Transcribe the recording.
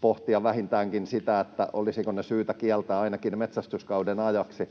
pohtia vähintäänkin sitä, olisiko ne syytä kieltää ainakin metsästyskauden ajaksi,